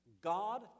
God